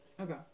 Okay